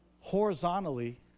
horizontally